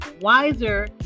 Wiser